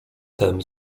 tem